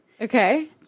Okay